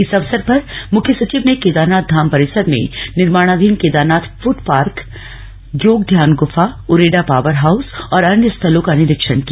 इस अवसर पर मुख्य सचिव ने केदारनाथ धाम परिसर में निर्माणाधीन केदारनाथ फुट पार्क योग ध्यान गुफा उरेडा पावर हाउस और अन्य स्थलों का निरीक्षण किया